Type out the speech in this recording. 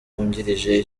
wungirije